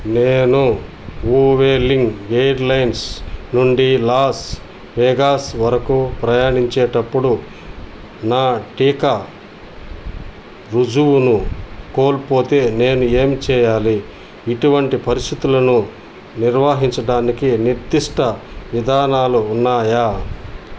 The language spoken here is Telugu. నేను వ్యూలింగ్ ఎయిర్లైన్స్ నుండి లాస్ వెగాస్ వరకు ప్రయాణించేటప్పుడు నా టీకా ఋజువును కోల్పోతే నేను ఏమి చేయాలి ఇటువంటి పరిస్థితులలో నిర్వాహించడానికి నిర్ధిష్ట విధానాలు ఉన్నాయా